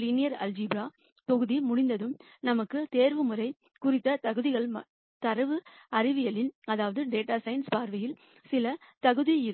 linear algebra தொகுதி முடிந்ததும் நமக்கு தேர்வுமுறை குறித்த தொகுதிகள் டாட்டா சயின்ஸ் பார்வையில் சில தொகுதி இருக்கும்